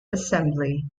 assembly